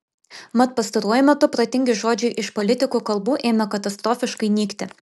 mat pastaruoju metu protingi žodžiai iš politikų kalbų ėmė katastrofiškai nykti